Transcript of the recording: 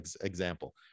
example